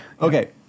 okay